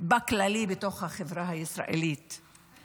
גם בחברה הישראלית הכללית.